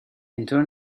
اینطور